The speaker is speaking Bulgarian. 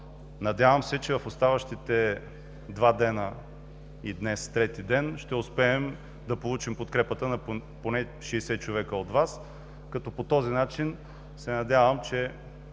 Надявам се, че в оставащите два дни и днес трети ден, ще успеем да получим подкрепата поне на 60 човека от Вас, като по този начин се надявам, че